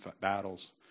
battles